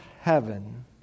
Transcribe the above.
heaven